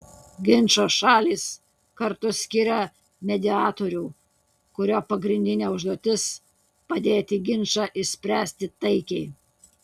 ginčo šalys kartu skiria mediatorių kurio pagrindinė užduotis padėti ginčą išspręsti taikiai